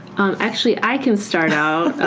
actually i can start out